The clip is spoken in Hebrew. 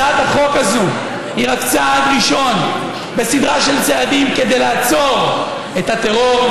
הצעת החוק הזאת היא רק צעד ראשון בסדרה של צעדים כדי לעצור את הטרור,